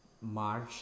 March